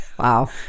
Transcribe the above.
wow